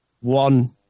one